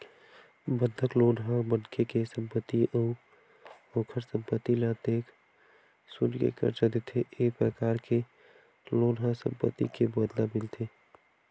बंधक लोन ह मनखे के संपत्ति अउ ओखर संपत्ति ल देख सुनके करजा देथे ए परकार के लोन ह संपत्ति के बदला मिलथे